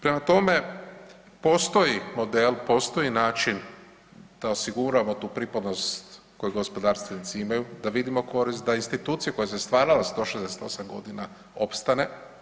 Prema tome, postoji model, postoji način da osiguramo tu pripadnost koju gospodarstvenici imaju, da vidimo korist, da institucija koja se stvarala 168 godina opstane.